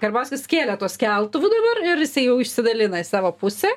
karbauskis skėlė tuo skeltuvu dabar ir jisai jau išsidalina į savo pusę